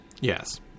yes